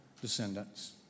descendants